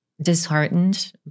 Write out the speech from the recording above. disheartened